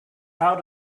out